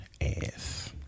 ass